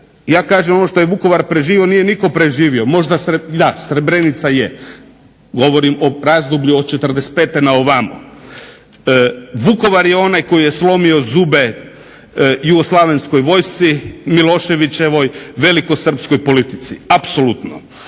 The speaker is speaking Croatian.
ja kažem ono što je Vukovar preživio nije nitko preživio. Da, Srebrenica je. Govorim o razdoblju od '45. na ovamo. Vukovar je onaj koji je slomio zube jugoslavenskoj vojsci, Miloševićevoj velikosrpskoj politici, apsolutno.